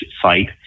site